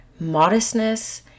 modestness